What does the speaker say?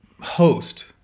host